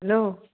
hello